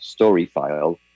Storyfile